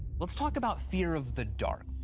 let's talk about fear of the dark.